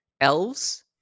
elves